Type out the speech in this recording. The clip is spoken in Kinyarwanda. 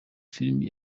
film